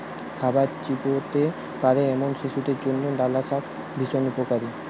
খাবার চিবোতে পারে এমন শিশুদের জন্য লালশাক ভীষণ উপকারী